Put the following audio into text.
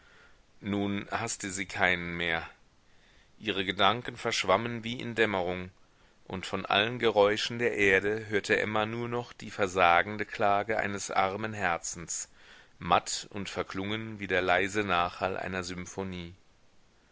nun haßte sie keinen mehr ihre gedanken verschwammen wie in dämmerung und von allen geräuschen der erde hörte emma nur noch die versagende klage eines armen herzens matt und verklungen wie der leise nachhall einer symphonie